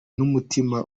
n’umutima